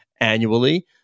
annually